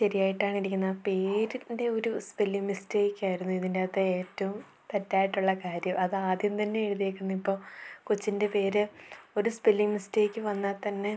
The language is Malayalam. ശരിയായിട്ടാണിരിക്കുന്ന പേരിൻ്റെ ഒരു സ്പെല്ലിംഗ് മിസ്റ്റേക്കായിരുന്നു ഇതിൻറ്റകത്തേറ്റവും തെറ്റായിട്ടുള്ള കാര്യം അതാദ്യം തന്നെ എഴുതിയിരിക്കുന്നതിപ്പോൾ കൊച്ചിൻ്റെ പേര് ഒരു സ്പെല്ലിംഗ് മിസ്റ്റേക്ക് വന്നാൽ തന്നെ